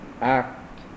act